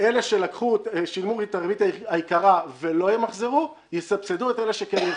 אלה ששילמו את הריבית היקרה ולא ימחזרו יסבסדו את אלה שכן ימחזרו.